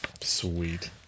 Sweet